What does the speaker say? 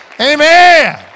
Amen